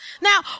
Now